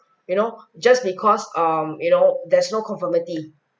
you know just because um you know there's no conformity